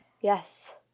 Yes